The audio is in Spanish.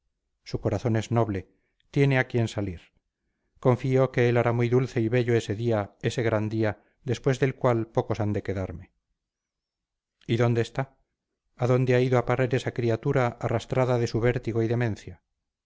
su corazón es noble tiene a quien salir confío que él hará muy dulce y bello ese día ese gran día después del cual pocos han de quedarme y dónde está a dónde ha ido a parar esa criatura arrastrada de su vértigo y demencia